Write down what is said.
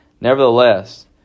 Nevertheless